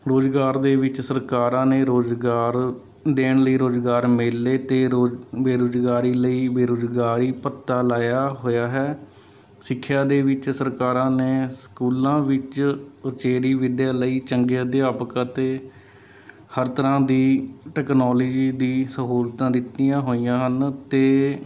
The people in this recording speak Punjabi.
ਰੁਜ਼ਗਾਰ ਦੇ ਵਿੱਚ ਸਰਕਾਰਾਂ ਨੇ ਰੁਜ਼ਗਾਰ ਦੇਣ ਲਈ ਰੁਜ਼ਗਾਰ ਮੇਲੇ ਅਤੇ ਰੋ ਬੇਰੁਜ਼ਗਾਰੀ ਲਈ ਬੇਰੁਜ਼ਗਾਰੀ ਭੱਤਾ ਲਾਇਆ ਹੋਇਆ ਹੈ ਸਿੱਖਿਆ ਦੇ ਵਿੱਚ ਸਰਕਾਰਾਂ ਨੇ ਸਕੂਲਾਂ ਵਿੱਚ ਉਚੇਰੀ ਵਿੱਦਿਆ ਲਈ ਚੰਗੇ ਅਧਿਆਪਕ ਅਤੇ ਹਰ ਤਰ੍ਹਾਂ ਦੀ ਟੈਕਨੋਲਜੀ ਦੀ ਸਹੂਲਤਾਂ ਦਿੱਤੀਆਂ ਹੋਈਆਂ ਹਨ ਅਤੇ